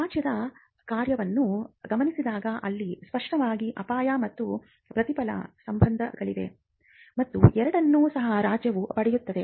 ರಾಜ್ಯದ ಕಾರ್ಯವನ್ನು ಗಮನಿಸಿದಾಗ ಅಲ್ಲಿ ಸ್ಪಷ್ಟವಾಗಿ ಅಪಾಯ ಮತ್ತು ಪ್ರತಿಫಲ ಸಂಬಂಧಗಳಿವೆ ಮತ್ತು ಎರಡನ್ನೂ ಸಹ ರಾಜ್ಯವು ಪಡೆಯುತ್ತದೆ